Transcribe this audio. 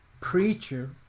preacher